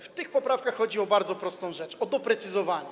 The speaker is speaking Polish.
W tych poprawkach chodzi o bardzo prostą rzecz: o doprecyzowanie.